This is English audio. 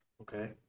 Okay